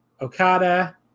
Okada